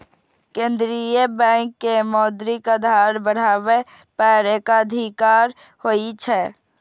केंद्रीय बैंक के मौद्रिक आधार बढ़ाबै पर एकाधिकार होइ छै